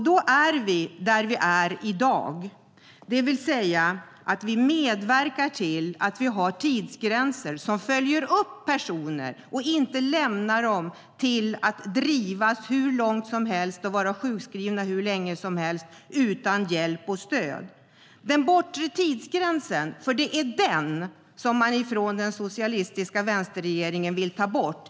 Då är vi där vi är i dag, det vill säga att vi medverkar till att vi har tidsgränser där man följer upp personer och inte lämnar dem till att drivas hur långt som helst och vara sjukskrivna hur länge som helst utan hjälp och stöd. Det är den bortre tidsgränsen som den socialistiska vänsterregeringen vill ta bort.